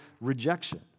rejection